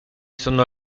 sono